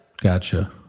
Gotcha